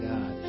God